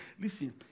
Listen